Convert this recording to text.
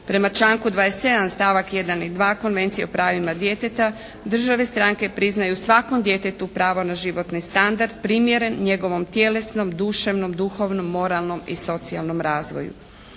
Prema članku 27. stavak 1. i 2. Konvencije o pravima djeteta države stranke priznaju svakom djetetu pravo na životni standard primjeren njegovom tjelesnom, duševnom, duhovnom, moralnom i socijalnom razvoju.